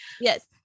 yes